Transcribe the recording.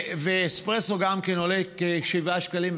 גם אספרסו עולה כ-7.70 שקלים.